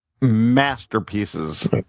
masterpieces